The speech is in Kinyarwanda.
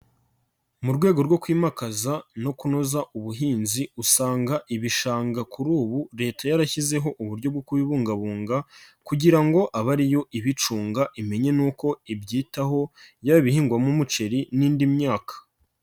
Mu rwego rwo kwimakaza no kunoza ubuhinzi usanga ibishanga kuri ubu leta yarashyizeho uburyo bwo kubibungabunga kugira ngo abe ariyo ibicunga imenye n'uko ibyitaho yaba ibihingwamo umuceri n'indi myaka.